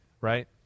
right